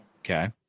Okay